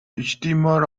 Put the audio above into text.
streamer